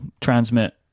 Transmit